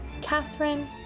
Catherine